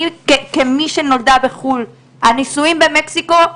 בתור מי שנולדה בחו"ל, במקסיקו,